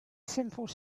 simple